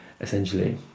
essentially